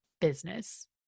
business